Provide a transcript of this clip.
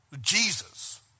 Jesus